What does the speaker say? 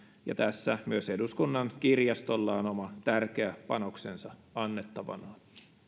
ja tässä myös eduskunnan kirjastolla on oma tärkeä panoksensa annettavanaan